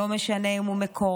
לא משנה אם הוא מקורב,